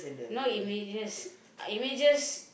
not images images